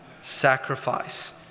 sacrifice